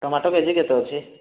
tomato K G କେତେ ଅଛି